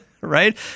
right